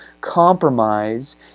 compromise